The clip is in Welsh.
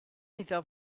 iddo